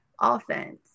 offense